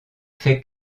fait